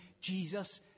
Jesus